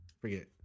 Forget